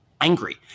angry